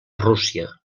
rússia